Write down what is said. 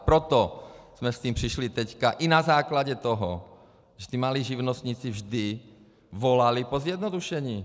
Proto jsme s tím přišli teď i na základě toho, že malí živnostníci vždy volali po zjednodušení.